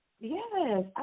Yes